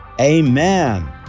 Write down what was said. Amen